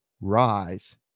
rise